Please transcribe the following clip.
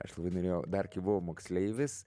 aš labai norėjau dar kai buvau moksleivis